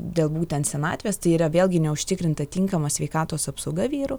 dėl būtent senatvės tai yra vėlgi neužtikrinta tinkama sveikatos apsauga vyrų